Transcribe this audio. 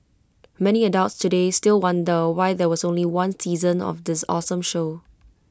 many adults today still wonder why there was only one season of this awesome show